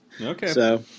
Okay